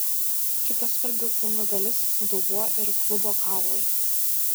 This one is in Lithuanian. kita svarbi kūno dalis dubuo ir klubo kaulai